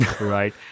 right